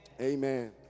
Amen